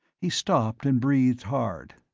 he stopped and breathed hard.